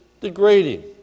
degrading